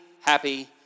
happy